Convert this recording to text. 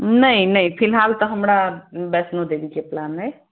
नहि नहि फिलहाल त हमरा वैष्णो देवी के प्लान अय